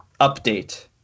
update